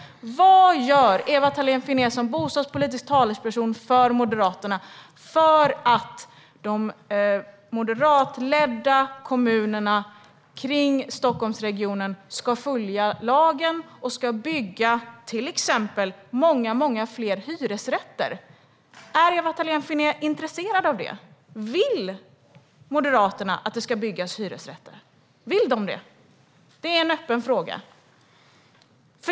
Vad gör Ewa Thalén Finné som bostadspolitisk talesperson för Moderaterna för att de moderatledda kommunerna i Stockholmsregionen ska följa lagen och bygga till exempel många fler hyresrätter? Är Ewa Thalén Finné intresserad av det? Vill Moderaterna att det ska byggas hyresrätter? Det är en öppen fråga.